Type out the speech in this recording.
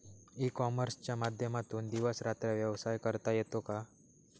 E कॉमर्सच्या माध्यमातून दिवस रात्र व्यवसाय करता येतो का?